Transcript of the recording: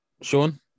Sean